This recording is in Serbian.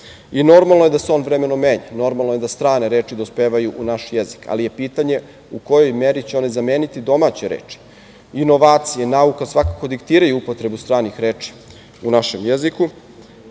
i normalno je da se on vremenom menja, normalno je da strane reči dospevaju u naš jezik, ali je pitanje u kojoj meri će one zameniti domaće reči. Inovacije i nauka svakako diktiraju upotrebu stranih reči u našem jeziku,